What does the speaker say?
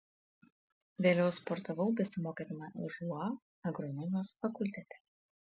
vėliau sportavau besimokydama lžūa agronomijos fakultete